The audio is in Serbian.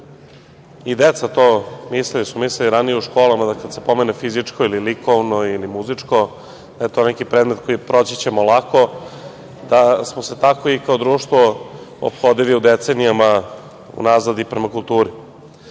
i deca misle ili su mislila ranije u školama, da kad se pomene fizičko ili likovno ili muzičko, da je to neki predmet koji je proći ćemo lako, da smo se tako i kao društvo ophodili decenijama unazad i prema kulturi. To